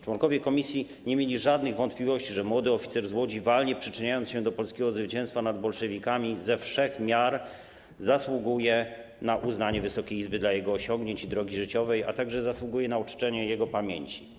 Członkowie komisji nie mieli żadnych wątpliwości, że młody oficer z Łodzi walnie przyczynił się do polskiego zwycięstwa nad bolszewikami i ze wszech miar zasługuje na uznanie Wysokiej Izby dla jego osiągnięć i drogi życiowej, a także na uczczenie jego pamięci.